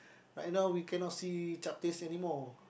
right now we cannot see chaptehs anymore